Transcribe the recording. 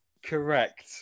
Correct